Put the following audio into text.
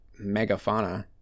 megafauna